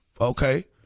okay